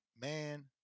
Man